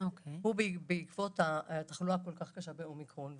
והוא בעקבות התחלואה הקשה כל כך באומיקרון.